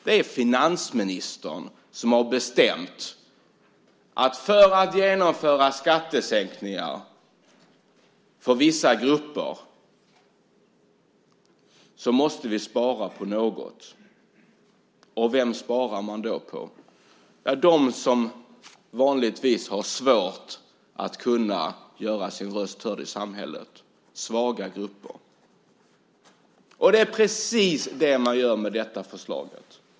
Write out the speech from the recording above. Det är finansministern som har bestämt att för att genomföra skattesänkningar för vissa grupper måste man spara på något. Och vem sparar man då på? Ja, man sparar på dem som vanligtvis har svårt att göra sin röst hörd i samhället, svaga grupper. Det är precis det man gör med detta förslag.